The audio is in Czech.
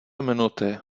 minuty